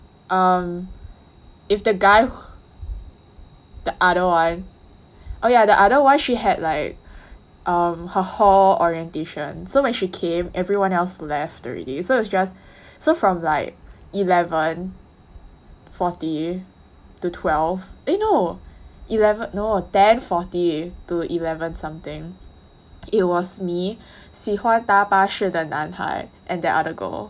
um if the guy the other one oh yeah the other one she had like um her hall orientation so when she came everyone else left already so is just so from like eleven forty to twelve eh no eleven no ten forty to eleven something it was me 喜欢搭巴士的男孩 and that other girl